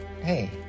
Hey